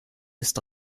ist